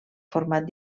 format